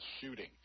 shooting